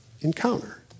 encounter